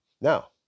now